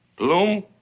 Bloom